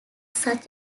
such